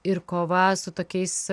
ir kova su tokiais